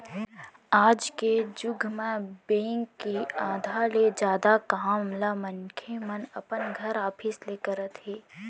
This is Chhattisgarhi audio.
आज के जुग म बेंक के आधा ले जादा काम ल मनखे मन अपन घर, ऑफिस ले करत हे